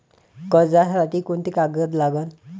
कर्जसाठी कोंते कागद लागन?